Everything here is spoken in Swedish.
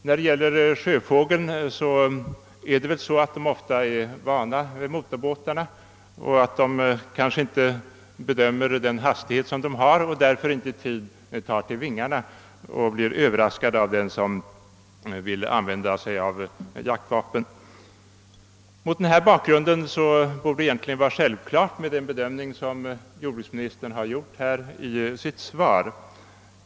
När det gäller sjöfåglarna är det väl så att de ofta är vana vid motorbåtarna och kanske inte rätt bedömer båtarnas hastighet; de blir överraskade av den som vill använda sig av jaktvapen och tar inte i tid till vingarna. Mot denna bakgrund borde egentligen den bedömning som jordbruksministern gjort i sitt svar vara självklar.